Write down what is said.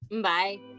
bye